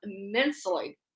immensely